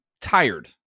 tired